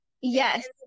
yes